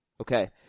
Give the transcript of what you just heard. Okay